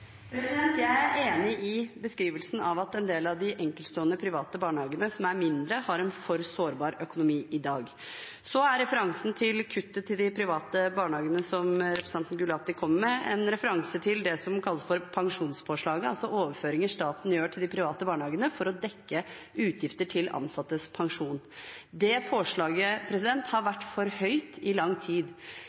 Jeg er enig i beskrivelsen av at en del av de enkeltstående private barnehagene som er mindre, har en for sårbar økonomi i dag. Så er referansen til kuttet til de private barnehagene som representanten Gulati kom med, en referanse til det som kalles pensjonspåslaget, altså overføringer staten gjør til de private barnehagene for å dekke utgifter til ansattes pensjon. Det påslaget har vært for høyt i lang tid.